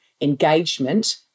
Engagement